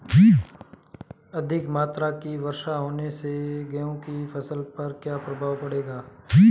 अधिक मात्रा की वर्षा होने से गेहूँ की फसल पर क्या प्रभाव पड़ेगा?